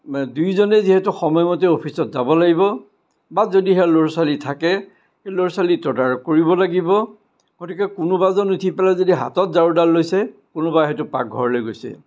দুয়োজনে যিহেতু সময়মতে অফিচত যাব লাগিব বা যদিহে ল'ৰা ছোৱালী থাকে ল'ৰা ছোৱালী তদাৰক কৰিব লাগিব গতিকে কোনোবাজন উঠি পেলাই যদি হাতত ঝাৰুডাল লৈছে কোনোবাই হয়তো পাকঘৰলে গৈছে